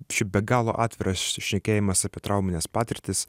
šiaip be galo atviras šnekėjimas apie traumines patirtis